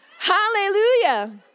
Hallelujah